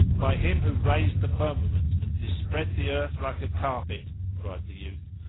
by him who raised the firmament and dispread the earth like a carpet, cried the youth,